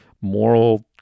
moral